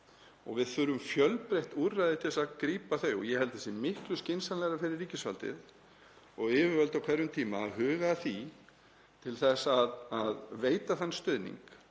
og við þurfum fjölbreytt úrræði til að grípa þau. Ég held að það sé miklu skynsamlegra fyrir ríkisvaldið og yfirvöld á hverjum tíma að huga að því að veita þann stuðning